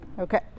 Okay